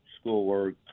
schoolwork